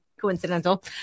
coincidental